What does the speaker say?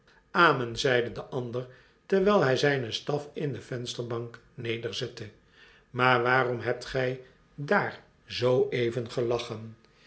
amen zeide de ander terwijl hij zijnen staf in de vensterbank nederzette maar waarom hebt gij daar zoo even gelachen